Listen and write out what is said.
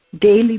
daily